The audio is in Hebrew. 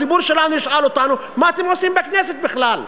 הציבור שלנו ישאל אותנו, מה אתם עושים בכנסת בכלל?